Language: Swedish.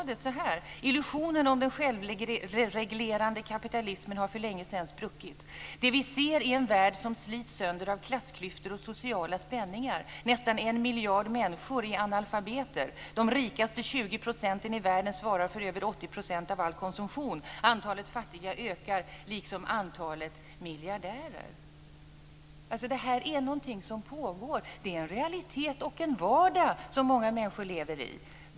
Man skriver så här: Illusionen om den självreglerande kapitalismen har för länge sedan spruckit. Det vi ser är en värld som slits sönder av klassklyftor och sociala spänningar. Nästan 1 miljard människor är analfabeter. De rikaste 20 procenten i världen svarar för över 80 % av all konsumtion. Antalet fattiga ökar liksom antalet miljardärer. Det är alltså någonting som pågår. Det är en realitet och en vardag som många människor lever i.